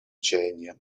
чаяния